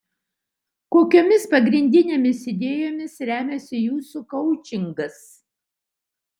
kokiomis pagrindinėmis idėjomis remiasi jūsų koučingas